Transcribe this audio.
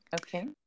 Okay